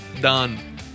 done